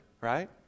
right